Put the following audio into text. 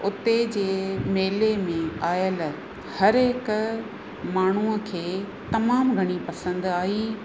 उते जे मेले में आयल हर हिक माण्हूअ खे तमामु घणी पसंदि आई